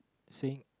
say